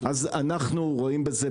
אז אנחנו רואים בזה,